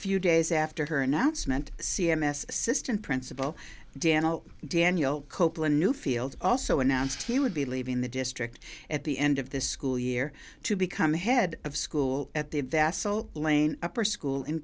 few days after her announcement c m s assistant principal daniel daniel copeland newfield also announced he would be leaving the district at the end of the school year to become head of school at the vassal lane upper school in